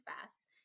fast